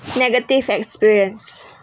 negative experience